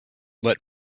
let